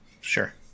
Sure